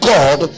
God